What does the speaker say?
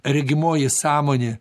regimoji sąmonė